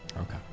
Okay